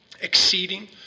Exceeding